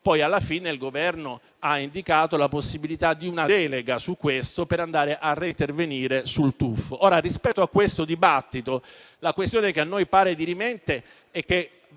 poi alla fine il Governo ha indicato la possibilità di una delega su questo per andare a reintervenire sul TUF. Rispetto a questo dibattito la questione che a noi pare dirimente è che